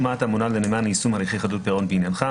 מטה מונה לנאמן ליישום הליכי חדלות פירעון בעניינך.